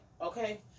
Okay